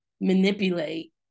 manipulate